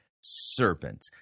serpent